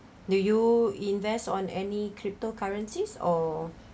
do you invest on any cryptocurrencies or